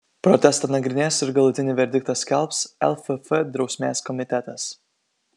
protestą nagrinės ir galutinį verdiktą skelbs lff drausmės komitetas